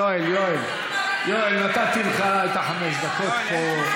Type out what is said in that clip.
יואל, יואל, נתתי לך את החמש דקות פה.